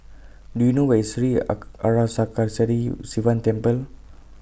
Do YOU know Where IS Sri Arasakesari Sivan Temple